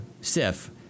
Sif